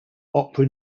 opera